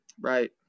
Right